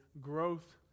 growth